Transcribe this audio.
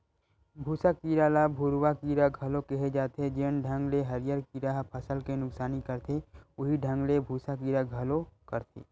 भूँसा कीरा ल भूरूवा कीरा घलो केहे जाथे, जेन ढंग ले हरियर कीरा ह फसल के नुकसानी करथे उहीं ढंग ले भूँसा कीरा घलो करथे